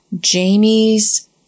jamie's